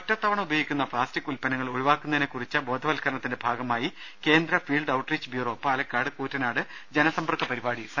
ഒറ്റത്തവണ ഉപയോഗിക്കുന്ന പ്ലാസ്റ്റിക്ക് ഉൽപ്പന്നങ്ങൾ ഒഴിവാക്കുന്നതിനെക്കുറിച്ചുള്ള ബോധവൽക്കരണത്തിന്റെ ഭാഗമായി കേന്ദ്ര field outreach bureau Palakkad Koottanad ജനസമ്പർക്ക പരിപാടി സംഘടിപ്പിച്ചു